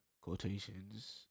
quotations